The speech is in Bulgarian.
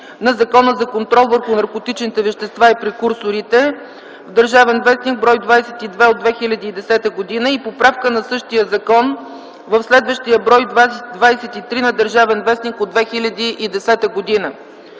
на Закона за контрол върху наркотичните вещества и прекурсорите в „ Държавен вестник”, бр. 22 от 2010 г. и поправка на същия закон в следващия бр. 23 на „ Държавен вестник” от 2010 г.